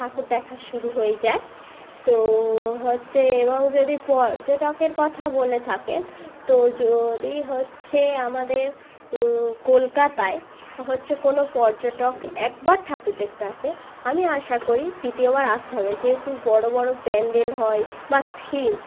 ঠাকুর দেখা শুরু হয়ে যায় তো হচ্ছে এবং যদি পর্যটকের কথা বলে থাকেন তো যদি হচ্ছে আমাদের কলকাতায় হচ্ছে কোনো পর্যটক একবার ঠাকুর দেখতে আসে আমি আশা করি দ্বিতীয়বার আসতে হবে যেহেতু বড়ো বড়ো প্যান্ডেল হয় বা থিম